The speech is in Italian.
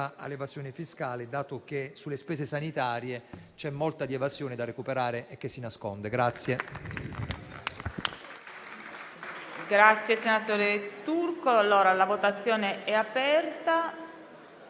all'evasione fiscale, dato che sulle spese sanitarie c'è molta evasione da recuperare che si nasconde.